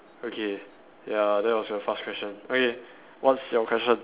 okay ya that was a fast question okay what's your question